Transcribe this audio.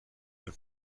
and